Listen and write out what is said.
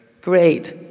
Great